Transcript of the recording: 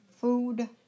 Food